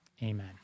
Amen